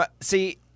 See